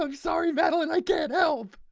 um sorry battle and i did help?